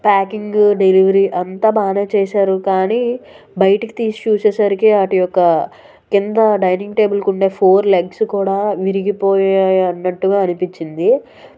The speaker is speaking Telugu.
ప్యాకింగు డెలివరీ అంతా బాగానే చేసారు కానీ బయటికి తీసి చూసేసరికి వాటి యొక్క కింద డైనింగ్ టేబుల్కు ఉండే ఫోర్ లెగ్స్ కూడా విరిగిపోయాయి అన్నట్టుగా అనిపించింది